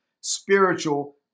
spiritual